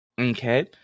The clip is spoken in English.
Okay